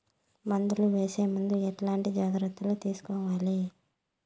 మందులు వేసే ముందు ఎట్లాంటి జాగ్రత్తలు తీసుకోవాలి?